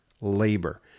labor